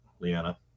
Leanna